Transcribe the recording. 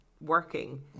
working